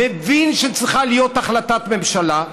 מבין שצריכה להיות החלטת ממשלה,